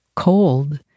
cold